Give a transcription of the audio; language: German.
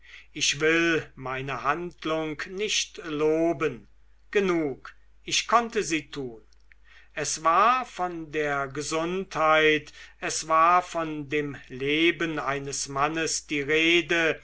ich will meine handlung nicht loben genug ich konnte sie tun es war von der gesundheit es war von dem leben eines mannes die rede